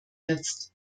jetzt